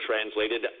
translated